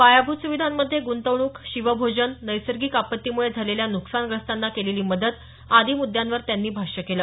पायाभूत सुविधांमध्ये ग्ंतवणूक शिवभोजन नैसर्गिक आपत्तीमुळे झालेल्या नुकसानग्रस्तांना केलेली मदत आदी मुद्यांवर त्यांनी भाष्य केलं